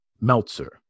Meltzer